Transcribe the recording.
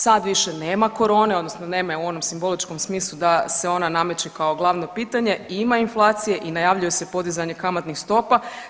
Sad više nema corone, odnosno nema je u onom simboličkom smislu da se ona nameće kao glavno pitanje i ima inflacije i najavljuje se podizanje kamatnih stopa.